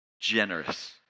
generous